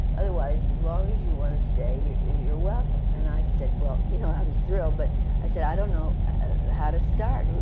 otherwise, as long as you want to stay you're you're welcome. and i said, well. you know, i was thrilled, but i said, i don't know how to start, and